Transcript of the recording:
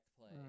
play